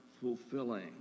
fulfilling